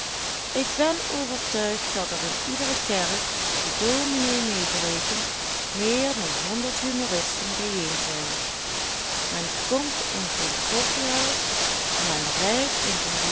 ik ben overtuigd dat er in iedere kerk de dominé meegerekend meer dan honderd humoristen bijeenzijn men komt in geen koffiehuis men rijdt in